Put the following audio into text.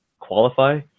qualify